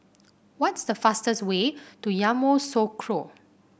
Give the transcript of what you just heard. what's the fastest way to Yamoussoukro